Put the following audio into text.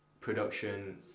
production